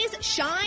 shine